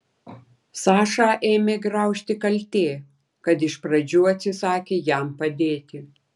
sašą ėmė graužti kaltė kad iš pradžių atsisakė jam padėti